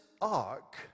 ark